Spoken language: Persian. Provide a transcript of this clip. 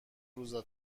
روزا